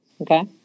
Okay